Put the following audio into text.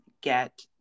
get